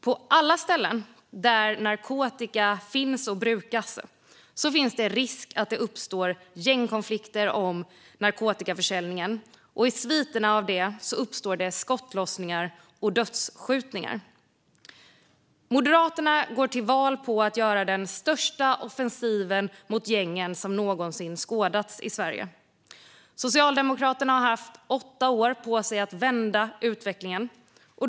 På alla ställen där narkotika finns och brukas finns det risk att det uppstår gängkonflikter om narkotikaförsäljningen, och sviterna av det är skottlossningar och dödsskjutningar. Moderaterna går till val på att göra den största offensiven mot gängen som någonsin skådats i Sverige. Socialdemokraterna har haft åtta år på sig att vända utvecklingen.